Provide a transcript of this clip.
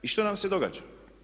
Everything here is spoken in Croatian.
I što nam se događa?